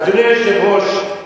אדוני היושב-ראש,